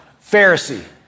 Pharisee